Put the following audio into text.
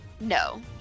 no